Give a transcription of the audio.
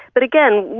but again,